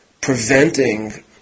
preventing